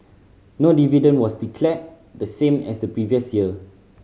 no dividend was declared the same as the previous year